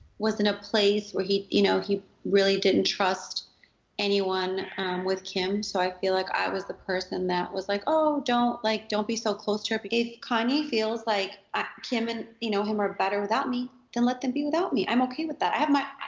was in a place where he you know really didn't trust anyone with kim. so i feel like i was the person that was like, oh don't like don't be so close to her. but if kanye feels like kim and you know him are better without me then let them be without me, i'm okay with that. i have my,